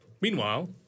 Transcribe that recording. Meanwhile